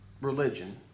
religion